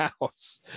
house